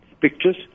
pictures